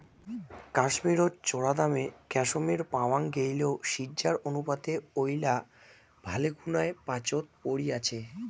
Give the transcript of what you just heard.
কাশ্মীরত চরাদামে ক্যাশমেয়ার পাওয়াং গেইলেও সিজ্জার অনুপাতে ঐলা ভালেকুনায় পাচোত পরি আচে